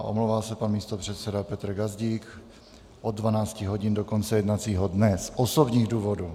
Omlouvá se pan místopředseda Petr Gazdík od 12 hodin do konce jednacího dne z osobních důvodů.